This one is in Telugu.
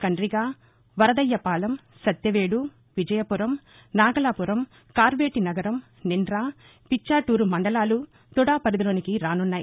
కండ్రిగ వదరయ్యపాలెం సత్యవేదు విజయపురం నాగలాఫురం కార్వేటీనగరం నింద్ర పిచ్చాటూరు మండలాలు తుడా పరిధిలోకి రాసున్నాయి